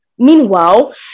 Meanwhile